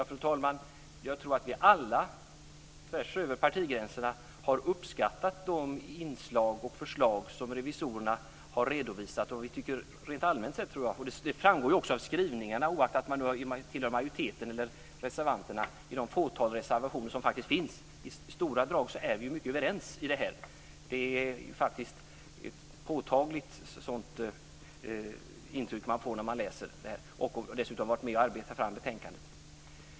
Fru talman! Jag tror att vi alla tvärs över partigränserna har uppskattat de inslag och förslag som revisorerna har redovisat rent allmänt sett. Det framgår också av skrivningarna oaktat man tillhör majoriteten eller reservanterna, i det fåtal reservationer som faktiskt finns. I stora drag är vi mycket överens. Det är ett påtagligt intryck man får när man läser betänkandet, och när man dessutom varit med om att arbeta fram det.